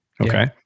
Okay